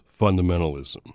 fundamentalism